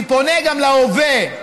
אני פונה גם להווה.